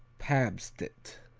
pabstett